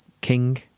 king